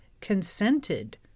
consented